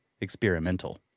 experimental